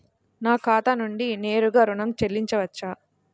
నా ఖాతా నుండి నేరుగా ఋణం చెల్లించవచ్చా?